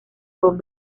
con